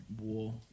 war